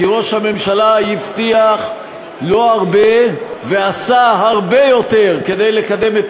כי ראש הממשלה הבטיח לא הרבה ועשה הרבה יותר כדי לקדם את